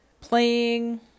playing